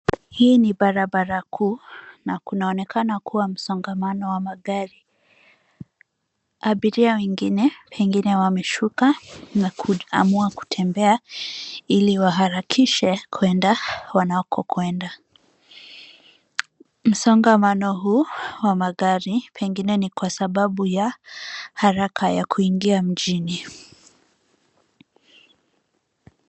Hii ni barabara kuu na kunaonekana kuwa msongamano wa magari. Abiria wengine pengine wameshuka na kuamua kutembea ili waharakishe kwenda wanakokwenda. Msongamano huu wa magari, pengine ni kwa sababu ya haraka ya kuingia mjini.